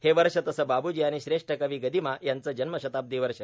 हे वर्ष तसं बाबूजी आणि श्रेष्ठ कवी गदिमा यांचे जन्मशताब्दी वर्ष